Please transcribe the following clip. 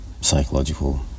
psychological